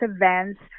events